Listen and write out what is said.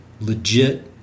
legit